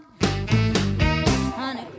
Honey